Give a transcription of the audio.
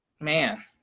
man